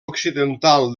occidental